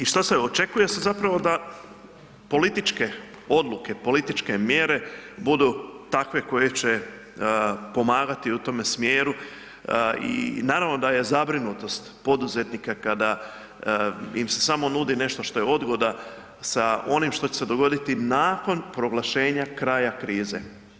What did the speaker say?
Očekuje se da političke odluke, političke mjere budu takve koje će pomagati u tome smjeru i naravno da je zabrinutost poduzetnika kada im se samo nudi nešto što je odgoda sa onim što će se dogoditi nakon proglašenja kraja krize.